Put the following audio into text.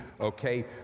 okay